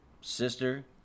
sister